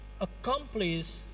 accomplish